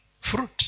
fruit